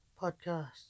podcast